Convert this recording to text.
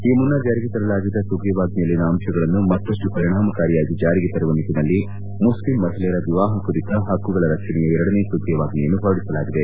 ಈ ಮುನ್ನ ಜಾರಿಗೆ ತರಲಾಗಿದ್ದ ಸುಗ್ರೀವಾಜ್ವೆಯಲ್ಲಿನ ಅಂಶಗಳನ್ನು ಮತ್ತಷ್ಟು ಪರಿಣಾಮಕಾರಿಯಾಗಿ ಜಾರಿಗೆ ತರುವ ನಿಟ್ಟಿನಲ್ಲಿ ಮುಸ್ಲಿಂ ಮಹಿಳೆಯರ ವಿವಾಹ ಕುರಿತ ಹಕ್ತುಗಳ ರಕ್ಷಣೆಯ ಎರಡನೇ ಸುಗ್ರೀವಾಜ್ಜೆಯನ್ನು ಹೊರಡಿಸಲಾಗಿದೆ